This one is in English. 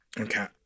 Okay